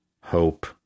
Hope